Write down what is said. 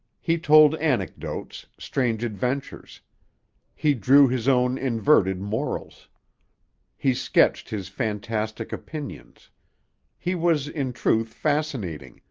he told anecdotes, strange adventures he drew his own inverted morals he sketched his fantastic opinions he was in truth fascinating,